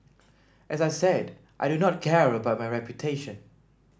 as I said I do not care about my reputation